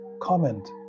comment